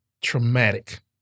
Traumatic